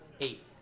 eight